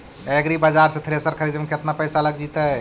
एग्रिबाजार से थ्रेसर खरिदे में केतना पैसा लग जितै?